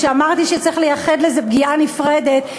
כשאמרתי שצריך לייחד לזה פגיעה נפרדת,